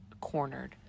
cornered